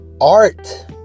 Art